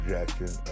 Jackson